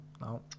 No